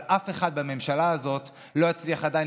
אבל אף אחד בממשלה הזאת לא הצליח עדיין